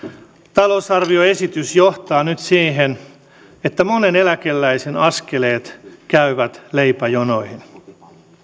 talousarvioesitys johtaa nyt siihen että monen eläkeläisen askeleet käyvät leipäjonoihin